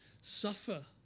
suffer